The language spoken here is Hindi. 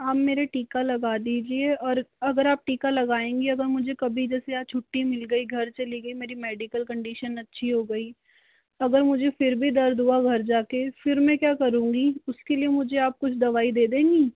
आप मेरे टीका लगा दीजिए और अगर आप टीका लगायेंगी अब कभी जैसे आज छुट्टी मिल गई घर चली गयी मेरी मेडिकल कन्डिशन अच्छी हो गई अगर मुझे फ़िर भी दर्द हुआ घर जाकर फ़िर मैं क्या करूंगी उसके लिए आप मुझे कुछ दवाई दे देंगी